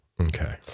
Okay